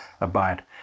abide